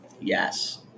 Yes